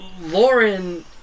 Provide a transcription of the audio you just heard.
Lauren